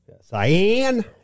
Cyan